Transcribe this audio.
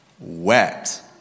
Wet